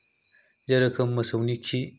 जेरोखोम मोसौनि खि